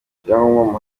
ibyangombwa